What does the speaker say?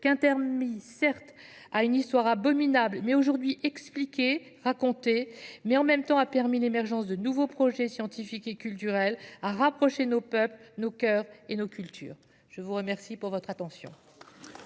qu'interdit certes à une histoire abominable, mais aujourd'hui expliquée, racontée, mais en même temps a permis l'émergence de nouveaux projets scientifiques et culturels à rapprocher nos peuples, nos cœurs et nos cultures. Je vous remercie pour votre attention.